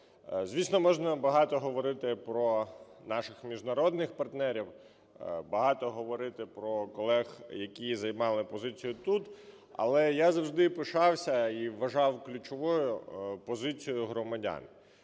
Звісно, можна багато говорити про наших міжнародних партнерів, багато говорити про колег, які займали позицію тут, але я завжди пишався і вважав ключовою позицію громадян.